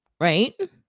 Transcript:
right